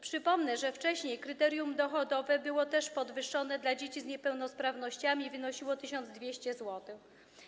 Przypomnę, że wcześniej kryterium dochodowe było podwyższone dla dzieci z niepełnosprawnościami i wynosiło 1200 zł.